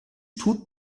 tut